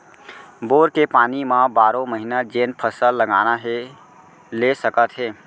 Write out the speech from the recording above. bore के पानी म बारो महिना जेन फसल लगाना हे ले सकत हे